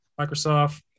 microsoft